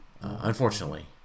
unfortunately